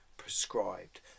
prescribed